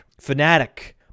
Fanatic